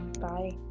Bye